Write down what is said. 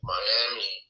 Miami